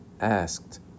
asked